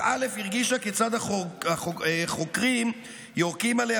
אך א' הרגישה כיצד החוקרים יורקים עליה